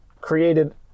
created